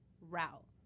route